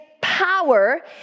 power